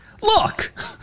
Look